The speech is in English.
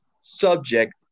subject